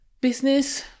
business